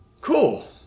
Cool